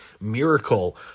miracle